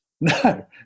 No